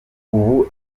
ubu